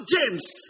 James